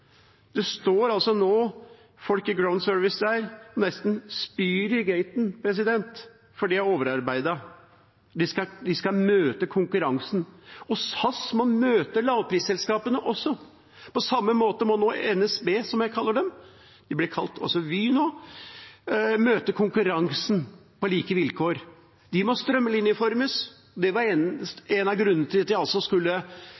Nå står det altså folk fra Ground Services som nesten spyr i gaten fordi de er overarbeidet, fordi de skal møte konkurransen, og SAS må møte lavprisselskapene også. På samme måte må nå NSB – som jeg kaller dem, de blir også kalt Vy nå – møte konkurransen på like vilkår. De må strømlinjeformes. Det var en av grunnene til at de altså skulle